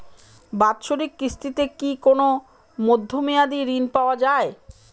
বাৎসরিক কিস্তিতে কি কোন মধ্যমেয়াদি ঋণ পাওয়া যায়?